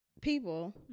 people